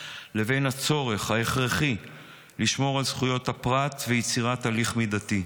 לבין הצורך ההכרחי לשמור על זכויות הפרט ויצירת הליך מידתי.